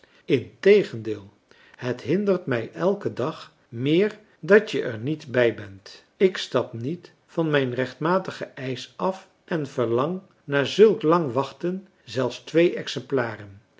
integendeel het hindert mij elken dag meer dat je er niet bij bent ik stap niet van mijn rechtmatigen eisch af en verlang na zulk lang wachten zelfs twee exemplaren